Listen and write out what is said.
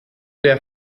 der